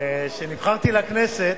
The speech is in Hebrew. כשנבחרתי לכנסת,